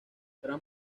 gran